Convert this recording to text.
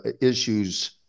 issues